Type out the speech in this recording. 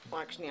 קרקעית,